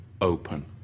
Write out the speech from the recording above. open